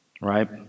right